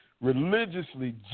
religiously